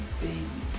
baby